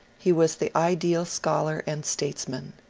he was the ideal scholar and statesman.